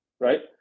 Right